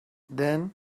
then